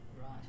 right